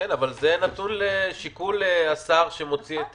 אבל זה נתון לשיקול השר שמוציא את